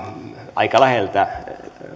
aika läheltä